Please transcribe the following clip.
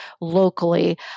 locally